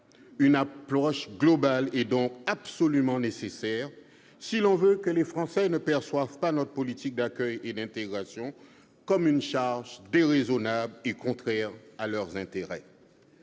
Une approche globale est donc absolument nécessaire, si l'on veut que les Français ne perçoivent pas notre politique d'accueil et d'intégration comme une charge déraisonnable et contraire à leurs intérêts.